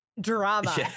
drama